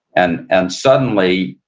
and and suddenly,